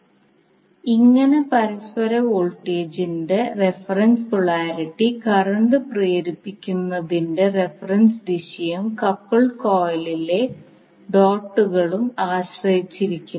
അങ്ങനെ പരസ്പര വോൾട്ടേജിന്റെ റഫറൻസ് പോളാരിറ്റി കറന്റ് പ്രേരിപ്പിക്കുന്നതിന്റെ റഫറൻസ് ദിശയെയും കപ്പിൾഡ് കോയിലിലെ ഡോട്ടുകളെയും ആശ്രയിച്ചിരിക്കുന്നു